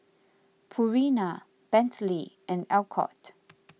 Purina Bentley and Alcott